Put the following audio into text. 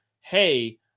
hey